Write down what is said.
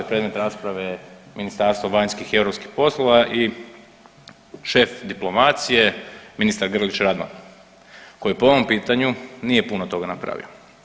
Predmet rasprave je Ministarstvo vanjskih i europskih poslova i šef diplomacije ministar Grlić Radman, koji po ovom pitanju nije puno toga napravio.